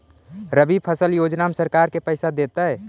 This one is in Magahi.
रबि फसल योजना में सरकार के पैसा देतै?